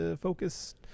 Focus